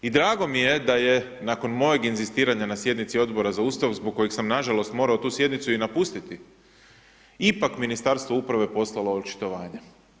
I drago mi je, da je nakon mojeg inzistiranja na sjednici Odbora za Ustav, zbog kojeg sam, nažalost morao tu sjednicu i napustiti ipak Ministarstvo uprave poslalo očitovanje.